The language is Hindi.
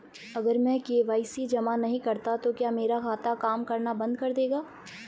अगर मैं के.वाई.सी जमा नहीं करता तो क्या मेरा खाता काम करना बंद कर देगा?